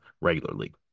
regularly